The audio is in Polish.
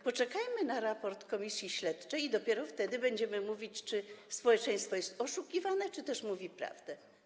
Poczekajmy na raport komisji śledczej i dopiero wtedy będziemy mówić, czy społeczeństwo jest oszukiwane, czy też mówi się prawdę.